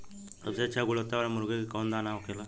सबसे अच्छा गुणवत्ता वाला मुर्गी के कौन दाना होखेला?